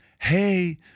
hey